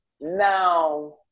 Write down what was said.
Now